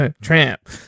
tramp